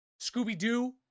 scooby-doo